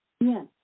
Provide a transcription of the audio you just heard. Yes